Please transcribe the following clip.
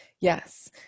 Yes